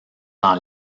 dans